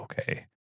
okay